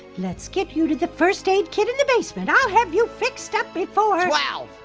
let's get you to the first aid kit in the basement. i'll have you fixed up before. twelve.